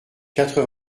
quatre